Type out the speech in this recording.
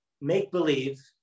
make-believe